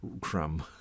Crumb